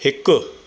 हिकु